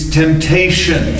temptation